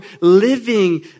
living